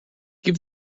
give